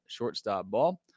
ShortstopBall